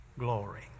glory